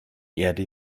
erde